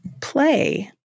play